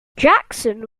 jackson